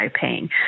paying